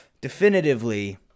definitively